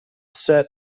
set